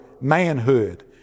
manhood